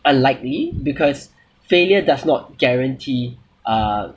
unlikely because failure does not guarantee uh